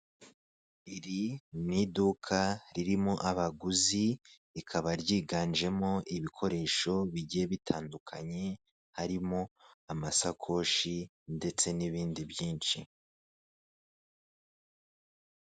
Iri ni iduka ririmo abaguzi, rikaba ryiganjemo ibikoresho bigiye bitandukanye harimo amasakoshi ndetse n'ibindi byinshi.